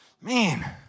Man